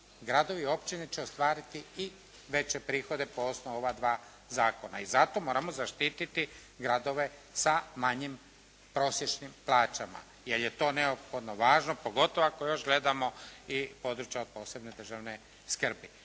gradovi i općine će ostvariti i veće prihode po osnovu ova dva zakona i zato moramo zaštititi gradove sa manjim prosječnim plaćama, jer je to neophodno važno, pogotovo ako još gledamo i područje od posebne državne skrbi.